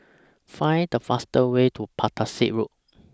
Find The faster Way to Battersea Road